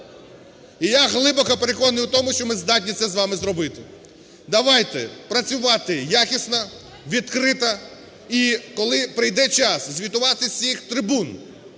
І я глибоко переконаний в тому, що ми здатні це з вами зробити. Давайте працювати якісно, відкрито, і коли прийде час звітувати з цих трибун